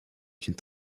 d’une